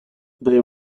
they